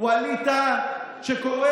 יש לך מעמד, תבקש